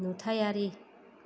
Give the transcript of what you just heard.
नुथायारि